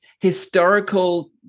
historical